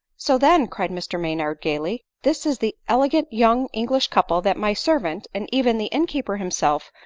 so, then, cried mr maynard gaily, this is the ele gant young english couple that my servant, and even the inn-keeper himself,